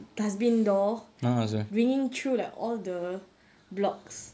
dustbin door ringing through like all the blocks